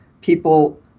people